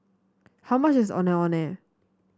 how much is Ondeh Ondeh